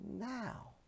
now